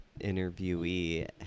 interviewee